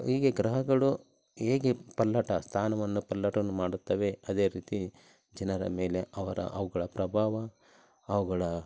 ಹೀಗೆ ಗ್ರಹಗಳು ಹೇಗೆ ಪಲ್ಲಟ ಸ್ಥಾನವನ್ನು ಪಲ್ಲಟವನ್ನು ಮಾಡುತ್ತವೆ ಅದೇ ರೀತಿ ಜನರ ಮೇಲೆ ಅವರ ಅವುಗಳ ಪ್ರಭಾವ ಅವುಗಳ